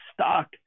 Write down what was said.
stock